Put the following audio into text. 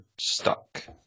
stuck